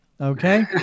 Okay